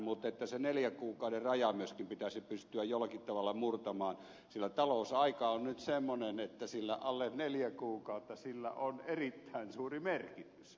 mutta se neljän kuukauden raja myöskin pitäisi pystyä jollakin tavalla murtamaan sillä talousaika on nyt semmoinen että sillä alle neljä kuukautta on erittäin suuri merkitys